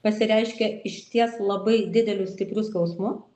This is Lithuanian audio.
pasireiškia išties labai dideliu stipriu skausmu